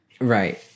Right